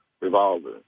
revolver